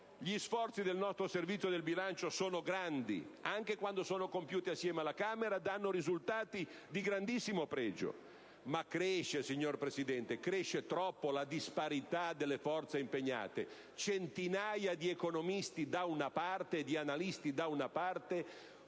Gli sforzi del nostro Servizio del bilancio sono grandi e, anche quando sono compiuti insieme alla Camera, danno risultati di grandissimo pregio, ma cresce, signor Presidente, cresce troppo la disparità delle forze impegnate: centinaia di economisti e di analisti, da una parte,